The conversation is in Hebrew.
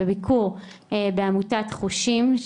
בביקור בעמותת חושים,